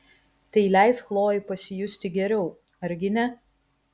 tai leis chlojei pasijusti geriau argi ne